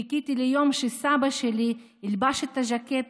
חיכיתי ליום שסבא שלי ילבש את הז'קט